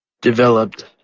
Developed